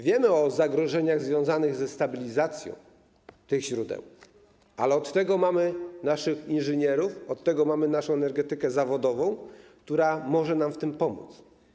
Wiemy o zagrożeniach związanych ze stabilizacją tych źródeł, ale od tego mamy naszych inżynierów, od tego mamy naszą energetykę zawodową, która może nam w tym pomóc.